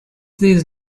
these